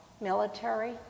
military